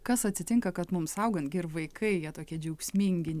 kas atsitinka kad mums augant gi ir vaikai jie tokie džiaugsmingi